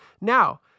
Now